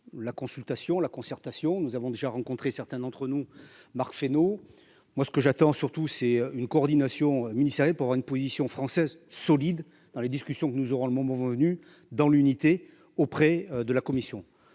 la consultation, la concertation, nous avons déjà rencontré certains d'entre nous, Marc Fesneau, moi ce que j'attends surtout c'est une coordination ministérielle pour une position française solide dans les discussions que nous aurons le moment venu dans l'unité auprès de la commission,